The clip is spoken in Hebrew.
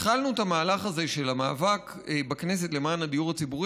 התחלנו את המהלך הזה של המאבק בכנסת למען הדיור הציבורי.